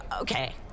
Okay